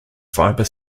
fiber